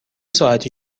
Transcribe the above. ساعتی